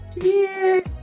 cheers